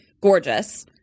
gorgeous